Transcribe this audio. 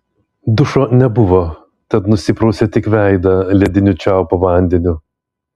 dušo nebuvo tad nusiprausė tik veidą lediniu čiaupo vandeniu